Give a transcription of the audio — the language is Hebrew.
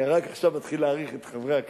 אני רק עכשיו מתחיל להעריך את חברי הכנסת.